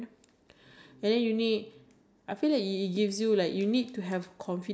uh learning to learn how to do Microsoft Word Excel